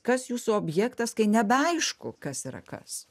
kas jūsų objektas kai nebeaišku kas yra kas